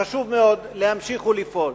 חשוב מאוד להמשיך ולפעול.